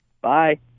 Bye